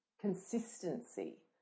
consistency